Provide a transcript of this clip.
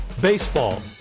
Baseball